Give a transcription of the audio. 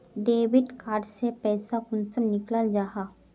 Debit card से पैसा कुंसम निकलाल जाहा?